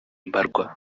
mbarwa